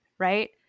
right